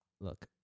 Look